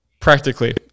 Practically